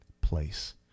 place